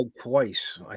twice